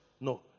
no